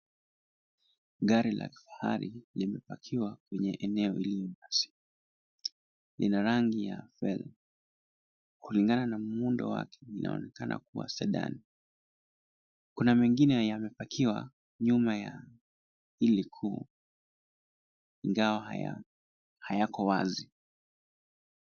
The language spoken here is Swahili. Gari la kifahari limepakiwa kwenye eneo lilo wazi , lina rangi ya fedha kulingana na muundo wake inaonekana kuwa sadani ,kuna mengine yamepakiwa nyuma ya hili kuu igawa hayako wazi.